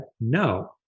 no